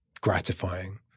gratifying